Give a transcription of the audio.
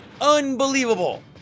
unbelievable